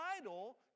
idol